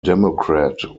democrat